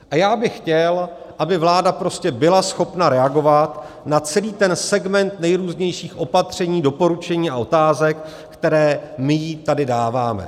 A já bych chtěl, aby vláda prostě byla schopna reagovat na celý ten segment nejrůznějších opatření, doporučení a otázek, které my jí tady dáváme.